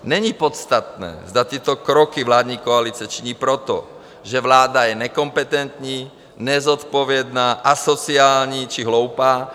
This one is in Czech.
Není podstatné, zda tyto kroky vládní koalice činí proto, že vláda je nekompetentní, nezodpovědná, asociální či hloupá.